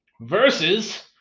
versus